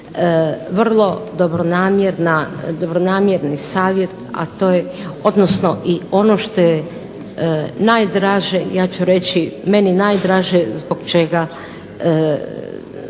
vrlo dobronamjeran savjet, a to je, odnosno i ono što je najdraže ja ću reći meni najdraže zbog čega